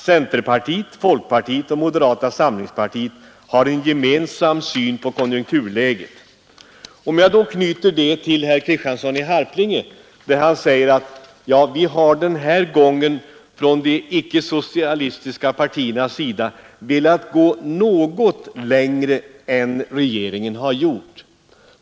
Centerpartiet, folkpartiet och moderata samlingspartiet har en gemensam syn på konjunkturläget. Herr Kristiansson i Harplinge sade: Vi har den här gången från de icke socialistiska partiernas sida velat gå något längre än regeringen gjort.